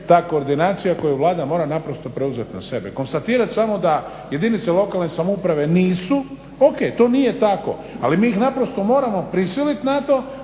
ta koordinacija koju Vlada mora naprosto preuzet na sebe. Konstatiram samo da jedinice lokalne samouprave nisu, ok, to nije tako, ali mi ih naprosto moramo prisilit na to